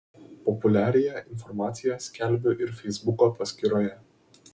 populiariąją informaciją skelbiu ir feisbuko paskyroje